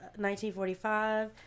1945